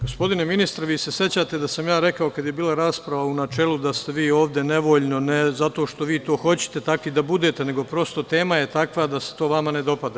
Gospodine ministre, vi se sećate da sam rekao kad je bila rasprava u načelu da ste vi ovde nevoljno, ne zato što vi to hoćete takvi da budete, nego prosto tema je takva da se to vama ne dopada.